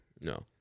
No